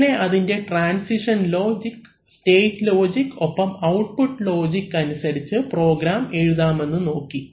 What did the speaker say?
എങ്ങനെ അതിൻറെ transition logic state logic ഒപ്പം ഔട്ട്പുട്ട് ലോജിക് അനുസരിച്ച് പ്രോഗ്രാം എഴുതാമെന്ന് നോക്കി